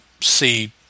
see